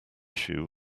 shoe